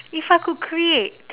if I could create